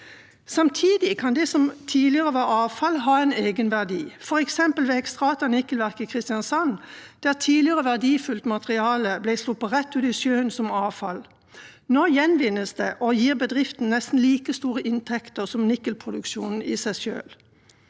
Samtidig kan det som tidligere var avfall, ha en egenverdi. For eksempel ved Xstrata nikkelverk i Kristiansand ble verdifullt materiale tidligere sluppet rett ut i sjøen som avfall. Nå gjenvinnes det og gir bedriften nesten like store inntekter som nikkelproduksjonen i seg selv.